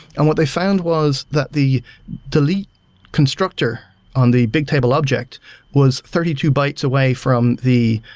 and what they found was that the delete constructor on the big table object was thirty two bytes away from the